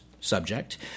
subject